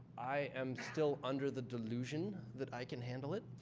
i am still under the delusion that i can handle it.